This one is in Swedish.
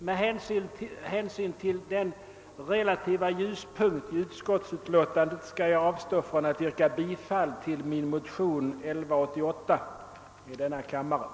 Med hänsyn till denna lilla ljuspunkt i utskottsutlåtandet skall jag avstå från att yrka bifall till min motion II: 1188.